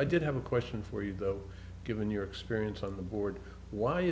i did have a question for you though given your experience on the board why